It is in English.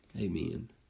Amen